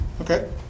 Okay